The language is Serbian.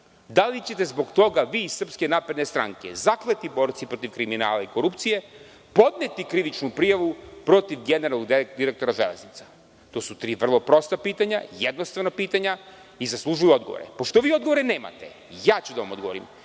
Da li ćete zbog toga vi iz SNS, zakleti borci protiv kriminala i korupcije, podneti krivičnu prijavu protiv generalnog direktora „Železnica“? To su tri vrlo prosta pitanja, jednostavna pitanja i zaslužuju odgovore. Pošto vi odgovore nemate, ja ću da vam odgovorim.